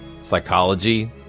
psychology